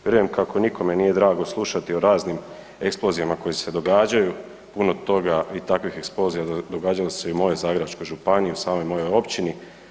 Vjerujem kako nikome nije drago slušati o raznim eksplozijama koje se događaju, puno toga i takvih eksplozija događalo se i u mojoj Zagrebačkoj županiji u samoj mojoj općini.